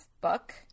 book